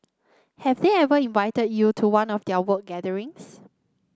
have they ever invited you to one of their work gatherings